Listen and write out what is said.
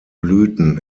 blüten